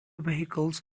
vehicles